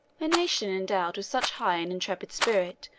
a nation endowed with such high and intrepid spirit,